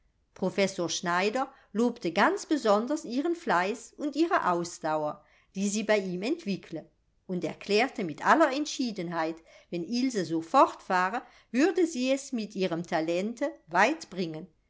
professor schneider lobte ganz besonders ihren fleiß und ihre ausdauer die sie bei ihm entwickle und erklärte mit aller entschiedenheit wenn ilse so fortfahre würde sie es mit ihrem talente weit bringen